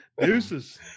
Deuces